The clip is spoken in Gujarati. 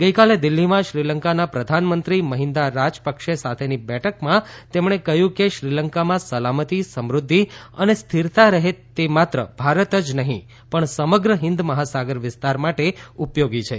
ગઈકાલે દિલ્હીમાં શ્રીલંકાના પ્રધાનમંત્રી મહિન્દા રાજપક્ષે સાથેની બેઠકમાં તેમણે કહ્યું કે શ્રીલંકામાં સલામતી સમૃધ્ધિ અને સ્થિરતા રહે તે માત્ર ભારત જ નહિ પણ સમગ્ર હિંદ મહાસાગર વિસ્તાર માટે ઉપયોગી છે